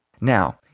Now